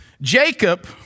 Jacob